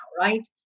right